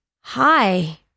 Hi